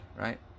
right